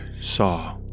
saw